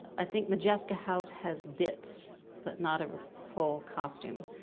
i think modjeska house has bits but not a full costume.